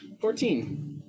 Fourteen